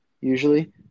usually